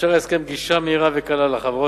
ההסכם מאפשר גישה מהירה וקלה לחברות